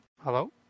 hello